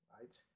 right